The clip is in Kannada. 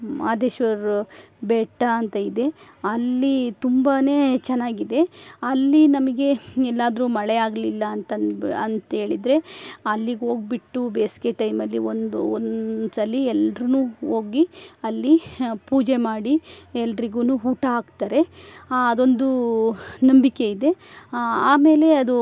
ಮಾದೇಶ್ವರ ಬೆಟ್ಟಂತೆ ಇದೆ ಅಲ್ಲಿ ತುಂಬನೇ ಚೆನ್ನಾಗಿದೆ ಅಲ್ಲಿ ನಮಗೆ ಏನಾದ್ರು ಮಳೆಯಾಗಲಿಲ್ಲ ಅಂತ ಅಂತ ಅಂತ್ಹೇಳಿದರೆ ಅಲ್ಲಿಗೆ ಹೋಗ್ಬಿಟ್ಟು ಬೇಸಿಗೆ ಟೈಮಲ್ಲಿ ಒಂದು ಒಂದ್ಸಲ ಎಲ್ರೂ ಹೋಗಿ ಅಲ್ಲಿ ಪೂಜೆ ಮಾಡಿ ಎಲ್ರಿಗೂ ಊಟ ಹಾಕ್ತಾರೆ ಅದೊಂದು ನಂಬಿಕೆಯಿದೆ ಆಮೇಲೆ ಅದು